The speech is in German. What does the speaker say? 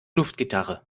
luftgitarre